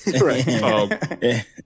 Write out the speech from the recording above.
Right